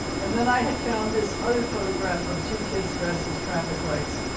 and then, i had found this other photograph of two kids dressed as traffic lights.